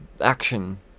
action